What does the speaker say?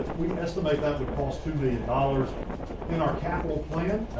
we estimate that would cause two million dollars in our capital plan,